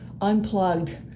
unplugged